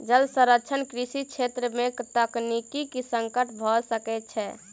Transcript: जल संरक्षण कृषि छेत्र में तकनीकी संकट भ सकै छै